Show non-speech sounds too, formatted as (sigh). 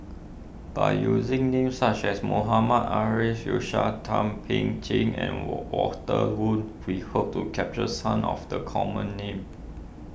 by using names such as Mohammad Arif Suhaimi Thum Ping Tjin and (noise) Walter Woon we hope to capture some of the common names